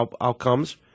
outcomes